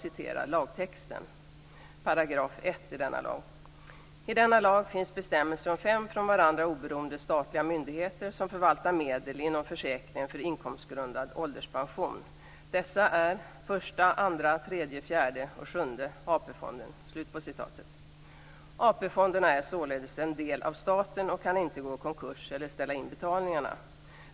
I 1 § står det: I denna lag finns bestämmelser om fem från varandra oberoende statliga myndigheter som förvaltar medel inom försäkringen för inkomstgrundad ålderspension. Dessa är Första, Andra, AP-fonderna är således en del av staten och kan inte gå i konkurs eller ställa in betalningarna.